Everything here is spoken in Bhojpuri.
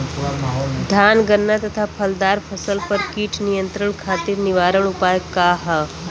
धान गन्ना तथा फलदार फसल पर कीट नियंत्रण खातीर निवारण उपाय का ह?